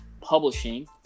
Publishing